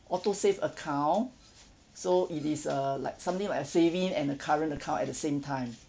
autosave account so it is uh like something like a saving and a current account at the same time